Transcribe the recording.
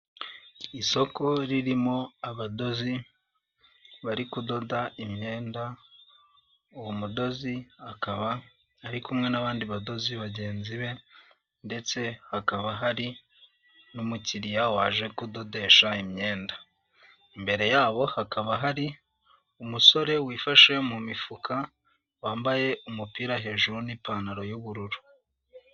Isoko ririmo abadozi bari kudoda imyenda, uwo mudozi akaba ari kumwe n'abandi badozi bagenzi be ndetse hakaba hari n'umukiriya waje kudodesha imyenda. Imbere yabo hakaba hari umusore wifashe mu mifuka wambaye umupira hejuru n'ipantaro y'ubururu.